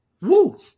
Woo